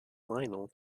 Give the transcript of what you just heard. lionel